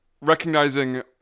recognizing